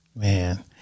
Man